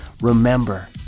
remember